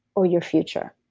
or your future.